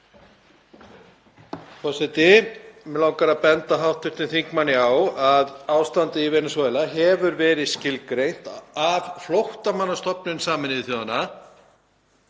Forseti. Mig langar að benda hv. þingmanni á að ástandið í Venesúela hefur verið skilgreint af Flóttamannastofnun Sameinuðu þjóðanna